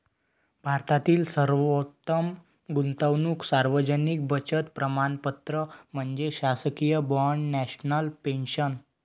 भारतातील सर्वोत्तम गुंतवणूक सार्वजनिक बचत प्रमाणपत्र म्हणजे शासकीय बाँड नॅशनल पेन्शन